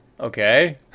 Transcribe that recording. Okay